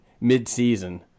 mid-season